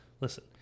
Listen